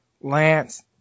Lance